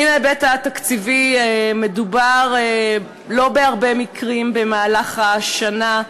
מן ההיבט התקציבי מדובר לא בהרבה מקרים במהלך השנה,